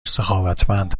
سخاوتمند